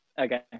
Okay